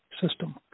system